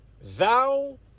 thou